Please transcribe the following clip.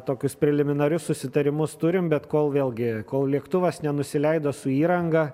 tokius preliminarius susitarimus turim bet kol vėlgi kol lėktuvas nenusileido su įranga